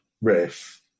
riff